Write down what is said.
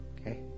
okay